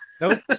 Nope